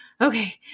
okay